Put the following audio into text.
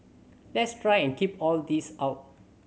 let's try and keep all this out